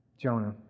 Jonah